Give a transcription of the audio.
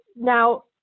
now